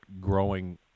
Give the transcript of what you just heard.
growing